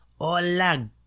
hola